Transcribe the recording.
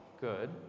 Good